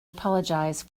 apologise